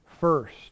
first